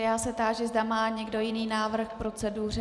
Já se táži, zda má někdo jiný návrh k proceduře.